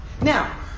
Now